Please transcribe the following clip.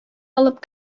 алып